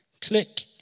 click